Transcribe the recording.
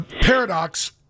paradox